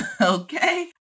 Okay